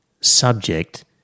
subject